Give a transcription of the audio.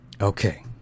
Okay